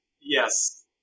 Yes